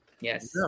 Yes